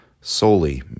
solely